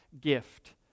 gift